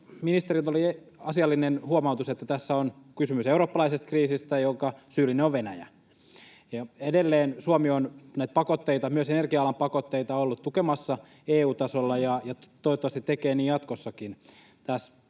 Ministeriltä oli asiallinen huomautus, että tässä on kysymys eurooppalaisesta kriisistä, jonka syyllinen on Venäjä. Edelleen Suomi on näitä pakotteita, myös energia-alan pakotteita, ollut tukemassa EU-tasolla ja toivottavasti tekee niin jatkossakin. Tässä